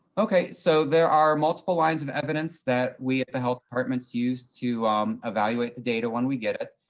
okay, so there are multiple lines of evidence that we at the health departments used to evaluate the data when we get it.